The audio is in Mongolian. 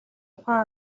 ухаан